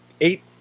eight